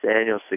annual